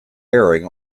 airing